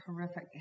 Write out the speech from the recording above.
horrific